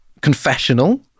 confessional